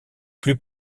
plus